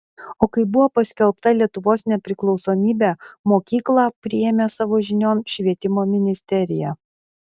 o kai buvo paskelbta lietuvos nepriklausomybė mokyklą priėmė savo žinion švietimo ministerija